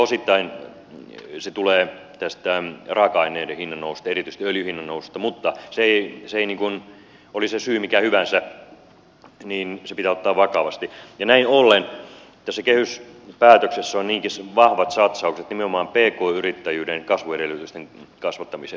osittain se tulee raaka aineiden hinnan noususta erityisesti öljynhinnan noususta mutta oli syy mikä hyvänsä se pitää ottaa vakavasti ja näin ollen tässä kehyspäätöksessä on niinkin vahvat satsaukset nimenomaan pk yrittäjyyden kasvuedellytysten kasvattamiseen